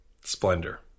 Splendor